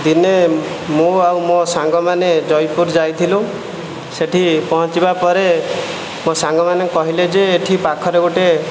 ଦିନେ ମୁଁ ଆଉ ମୋ' ସାଙ୍ଗମାନେ ଜୟପୁର ଯାଇଥିଲୁ ସେଠି ପହଁଞ୍ଚିବା ପରେ ମୋ' ସାଙ୍ଗମାନେ କହିଲେ ଯେ ଏଠି ପାଖରେ ଗୋଟିଏ